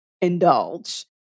indulge